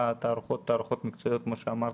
התערוכות הן תערוכות מקצועיות, כמו שאמרת,